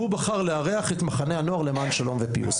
והוא בחר לארח את מחנה הנוער למען שלום ופיוס,